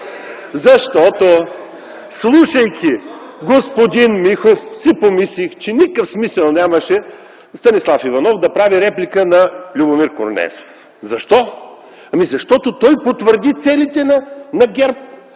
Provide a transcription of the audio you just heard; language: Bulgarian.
Защото, слушайки господин Михов, си помислих, че нямаше никакъв смисъл Станислав Иванов да прави реплика на Любомир Корнезов. Защо? Ами защото той потвърди целите на ГЕРБ.